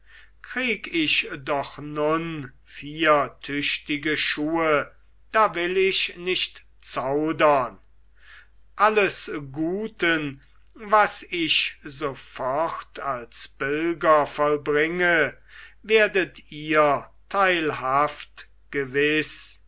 krieg ich doch nun vier tüchtige schuhe da will ich nicht zaudern alles guten was ich sofort als pilger vollbringe werdet ihr teilhaft